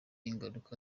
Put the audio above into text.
ingaruka